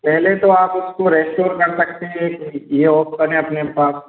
पहले तो आप उसको रेस्टोर कर सकते हैं एक ये ऑप्शन है अपने पास